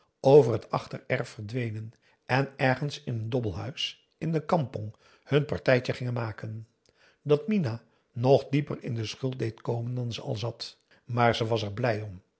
over het achtererf verdwenen en ergens in een dobbelhuis in de kampong hun partijtje gingen maken dat minah nog dieper in de schuld deed komen dan ze al zat maar ze was er blij om